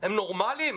הם נורמליים?